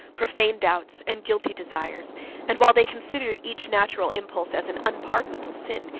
profane doubts, and guilty desires and, while they considered each natural impulse as an unpardonable sin,